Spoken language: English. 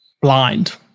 blind